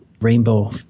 rainbow